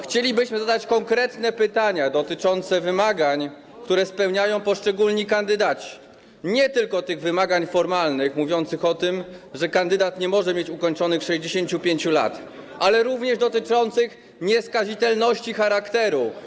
Chcielibyśmy zadać konkretne pytania dotyczące wymagań, które powinni spełnić poszczególni kandydaci, nie tylko wymagań formalnych, mówiących o tym, że kandydat nie może mieć ukończonych 65 lat, lecz także tych dotyczących nieskazitelności charakteru.